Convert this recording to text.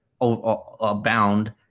abound